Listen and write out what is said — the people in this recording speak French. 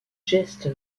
jesse